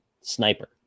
sniper